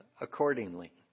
accordingly